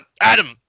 Adam